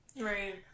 Right